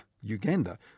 Uganda